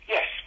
Yes